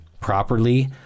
properly